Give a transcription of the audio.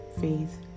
faith